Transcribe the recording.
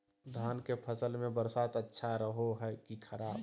धान के फसल में बरसात अच्छा रहो है कि खराब?